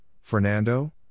Fernando